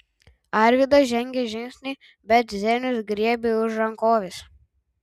arvydas žengė žingsnį bet zenius griebė už rankovės